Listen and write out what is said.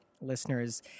listeners